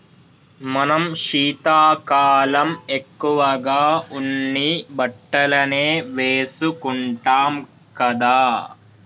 మనం శీతాకాలం ఎక్కువగా ఉన్ని బట్టలనే వేసుకుంటాం కదా